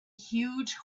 huge